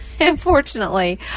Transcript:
Unfortunately